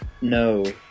No